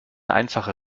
einfache